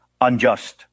unjust